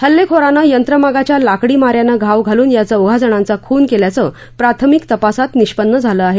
हल्लेखोरानं यंत्रमागाच्या लाकडी माऱ्यानं घाव घालून या चौघा जणांचा खून केल्याचं प्राथमिक तपासात निष्पन्न झालं आहे